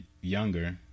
younger